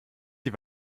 die